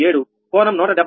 47 కోణం 175